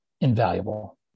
invaluable